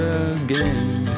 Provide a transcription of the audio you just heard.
again